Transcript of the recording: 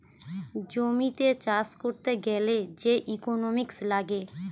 জমিতে চাষ করতে গ্যালে যে ইকোনোমিক্স লাগে